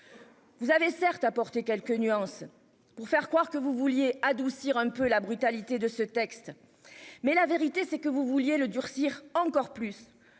Vous avez certes apporté quelques nuances pour faire croire que vous vouliez adoucir un peu la brutalité de ce texte. Mais la vérité c'est que vous vouliez le durcir encore plus